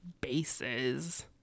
bases